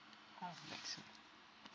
oh next week